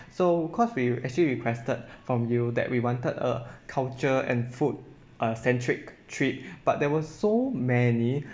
so cause we actually requested from you that we wanted a culture and food uh centric trip but there was so many